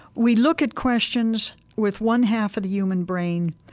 we look at questions with one-half of the human brain,